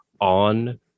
on